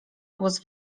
głos